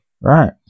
Right